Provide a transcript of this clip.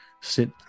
sit